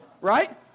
Right